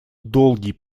долгий